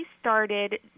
started